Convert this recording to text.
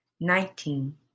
nineteen